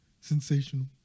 Sensational